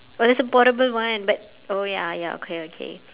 oh there's a portable one but oh ya ya okay okay